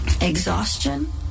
Exhaustion